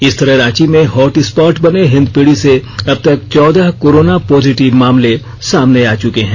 इस तरह रांची में हॉटस्पॉट बने हिंदपीढ़ी से अबतक चौदह कोरोना पॉजिटिव मामले सामने आ चुके हैं